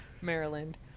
Maryland